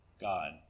God